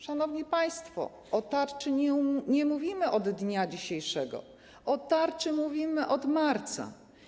Szanowni państwo, o tarczy nie mówimy od dnia dzisiejszego, o tarczy mówimy od marca.